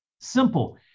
Simple